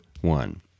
one